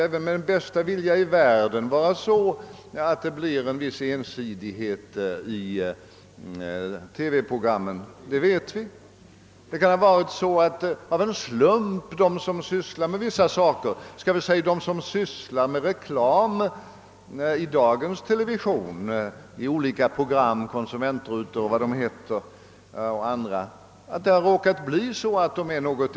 även med den bästa vilja i världen kan det bli en viss ensidighet i TV-programmen — det vet vi. Det kan slumpa sig så att de reklamprogram som förekommer i dagens TV — konsumentrutor och liknande — råkar bli ensidiga. All right!